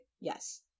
yes